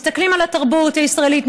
מסתכלים על התרבות הישראלית,